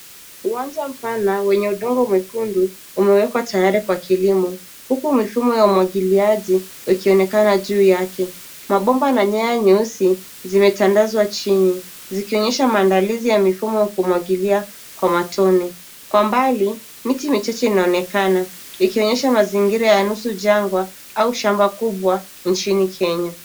Uwanja mpana wenye udongo mwekundu umewekwa tayari kwa kilimo huku mifumo ya umwagiliaji yakionekana juu yake. Mabomba na nyaya nyeusi zimetandazwa chini zikionyesha maaandalizi ya mifumo ya kumwagilia kwa matone. Kwa mbali miti michache inaonekana likionyesha mazingira ya nusu jangwa au shamba kubwa nchini Kenya.